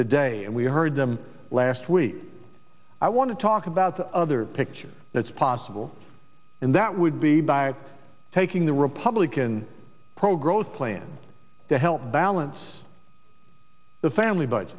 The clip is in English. today and we heard them last week i want to talk about the other picture that's possible and that would be by taking the republican pro growth plan to help balance the family bu